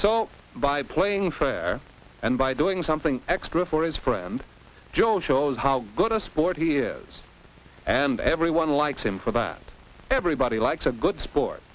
so by playing fair and by doing something extra for his friend joe shows how good a sport he years and everyone likes him for that everybody likes a good sport